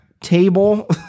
table